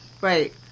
right